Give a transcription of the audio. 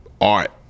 art